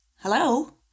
hello